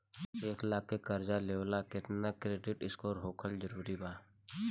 एक लाख के कर्जा लेवेला केतना क्रेडिट स्कोर होखल् जरूरी बा?